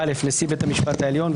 (א)נשיא בית המשפט העליון,